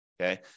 okay